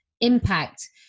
impact